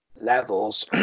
levels